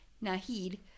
Nahid